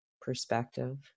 perspective